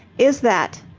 is that.